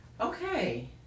Okay